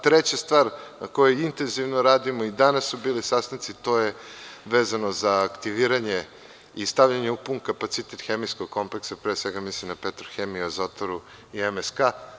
Treća stvar na kojoj intenzivno radimo, i danas su bili sastanci, to je vezano za aktiviranje i stavljanje u pun kapacitet hemijskog kompleksa, pre svega mislim na „Petrohemiju“, „Azotaru“ i MSK.